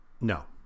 No